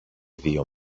δύο